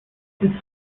its